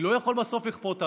אני לא יכול לכפות עליו,